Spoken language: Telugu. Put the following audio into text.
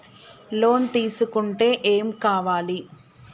లోన్ తీసుకుంటే ఏం కావాలి?